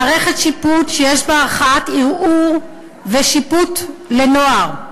מערכת שיפוט שיש בה ערכאת ערעור ושיפוט לנוער.